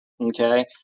okay